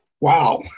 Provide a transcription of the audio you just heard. wow